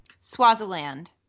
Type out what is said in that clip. Swaziland